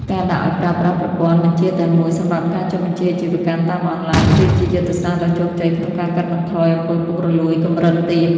ការដាក់ឱ្យប្រើប្រាស់ប្រព័ន្ធ "បញ្ជរតែមួយ" សម្រាប់ការចុះបញ្ជីអាជីវកម្មតាមអនឡាញ គឺជាយុទ្ធសាស្ត្រដ៏ជោគជ័យក្នុងការកាត់បន្ថយ អំពើពុករលួយ កម្រិតទាប។